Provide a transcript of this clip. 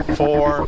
four